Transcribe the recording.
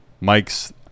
Mike's